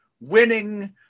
winning